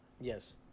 Yes